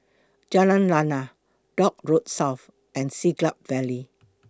Jalan Lana Dock Road South and Siglap Valley